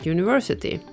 University